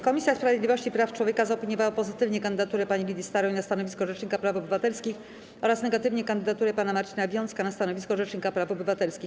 Komisja Sprawiedliwości i Praw Człowieka zaopiniowała pozytywnie kandydaturę pani Lidii Staroń na stanowisko rzecznika praw obywatelskich oraz negatywnie kandydaturę pana Marcina Wiącka na stanowisko rzecznika praw obywatelskich.